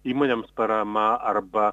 įmonėms parama arba